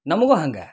ನಮಗೂ ಹಂಗೆ